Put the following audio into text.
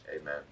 Amen